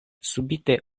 subite